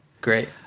Great